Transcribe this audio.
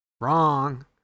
Wrong